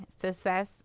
success